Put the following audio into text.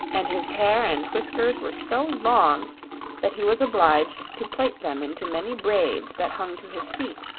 and his hair and whiskers were so long that he was obliged to plait them into many braids that hung to his feet,